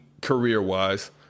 career-wise